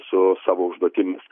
su savo užduotimis